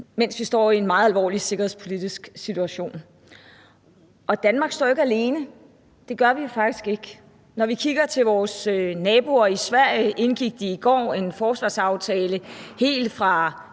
mens vi står i en meget alvorlig sikkerhedspolitisk situation. Danmark står ikke alene, det gør vi faktisk ikke. Vores naboer i Sverige indgik i går en forsvarsaftale, som